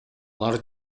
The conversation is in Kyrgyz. алар